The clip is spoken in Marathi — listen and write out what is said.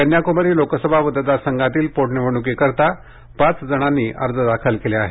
कन्याकुमारी लोकसभा मतदारसंघातील पोटनिवडणुकीकरिता पाच जणांनी अर्ज दाखल केले आहेत